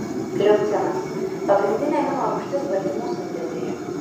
leucinas pagrindinė amino rūgštis baltymų sintezėje